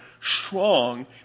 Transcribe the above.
strong